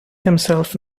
himself